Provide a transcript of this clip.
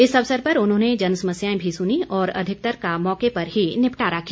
इस अवसर पर उन्होंने जन समस्याएं भी सुनीं और अधिकतर का मौके पर ही निपटारा किया